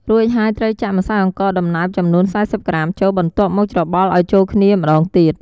រួចហើយត្រូវចាក់ម្សៅអង្ករដំណើបចំនួន ៤០ក្រាមចូល បន្ទាប់មកច្របល់ឲ្យចូលគ្នាម្ដងទៀត។